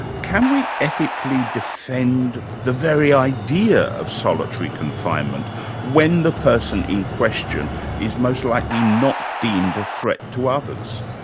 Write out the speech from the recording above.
can we ethically defend the very idea of solitary confinement when the person in question is most likely not deemed a threat to others?